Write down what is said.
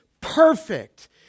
perfect